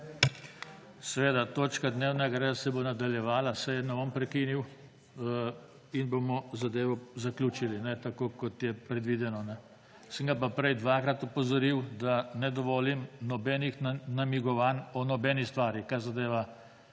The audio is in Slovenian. Seveda, točka dnevnega reda se bo nadaljevala, seje ne bom prekinil in bomo zadevo zaključili, tako kot je predvideno. Sem ga pa prej dvakrat opozoril, da ne dovolim nobenih namigovanj o nobeni stvari, kar zadeva